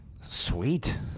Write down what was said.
Sweet